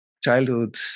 childhood